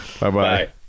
Bye-bye